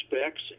specs